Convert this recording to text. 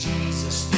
Jesus